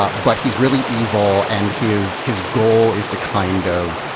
ah but he's really evil, and his his goal is to kind of,